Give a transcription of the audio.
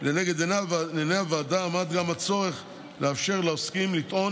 לנגד עיני הוועדה עמד גם הצורך לאפשר לעוסקים לטעון